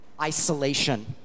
isolation